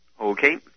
Okay